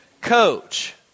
coach